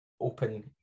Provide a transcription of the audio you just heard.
open